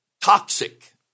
toxic